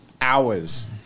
hours